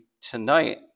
tonight